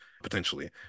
Potentially